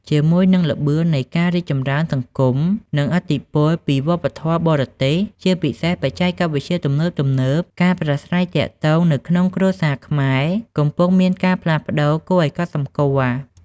ជាមួយនឹងល្បឿននៃការរីកចម្រើនសង្គម និងឥទ្ធិពលពីវប្បធម៌បរទេស ជាពិសេសបច្ចេកវិទ្យាទំនើបៗ ការប្រាស្រ័យទាក់ទងនៅក្នុងគ្រួសារខ្មែរកំពុងមានការផ្លាស់ប្តូរគួរឲ្យកត់សម្គាល់។